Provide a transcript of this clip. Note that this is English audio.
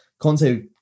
Conte